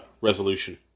resolution